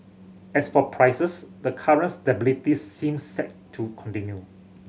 as for prices the current stability seems set to continue